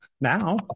now